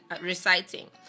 reciting